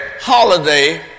holiday